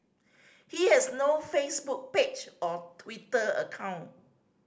he has no Facebook page or Twitter account